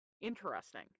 interesting